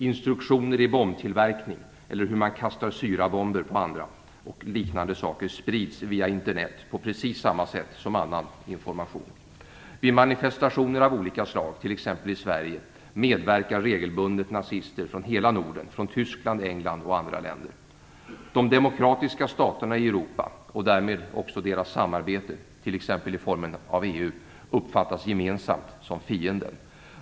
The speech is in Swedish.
Instruktioner i bombtillverkning, hur man kastar syrabomber på andra och liknande sprids via Internet, på precis samma sätt som annan information. Vid manifestationer av olika slag, t.ex. i Sverige, medverkar regelbundet nazister från hela Norden, från Tyskland, England och andra länder. De demokratiska staterna i Europa och därmed också deras samarbete, t.ex. i EU, uppfattas gemensamt som "fienden".